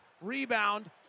Rebound